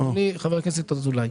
אדוני חבר הכנסת אזולאי.